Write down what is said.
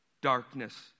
darkness